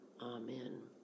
Amen